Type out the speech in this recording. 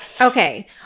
Okay